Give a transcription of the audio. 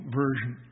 version